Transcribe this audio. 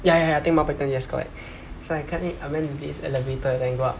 ya ya ya I think mountbatten yes correct so I come in I went into this elevator then go up